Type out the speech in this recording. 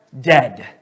dead